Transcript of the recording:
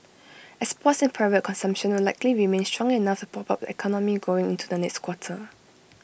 exports and private consumption will likely remain strong enough to prop up the economy going into the next quarter